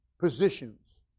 positions